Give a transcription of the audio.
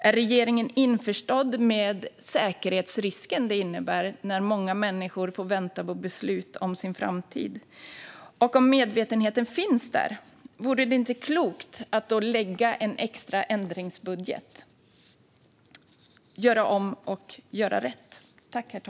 Är regeringen införstådd med säkerhetsrisken när många människor måste vänta på beslut om framtiden? Om medvetenheten finns, vore det inte klokt att lägga fram en extra ändringsbudget - göra om och göra rätt?